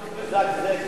הוא מזגזג כעת.